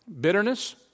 bitterness